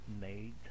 made